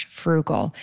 frugal